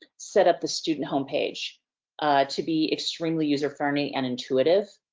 set-up the student homepage to be extremely user friendly and intuitive.